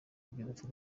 iby’urupfu